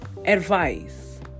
advice